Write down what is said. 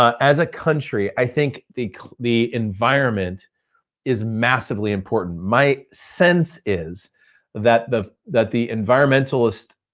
as a country, i think the the environment is massively important. my sense is that the that the environmentalist,